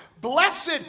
Blessed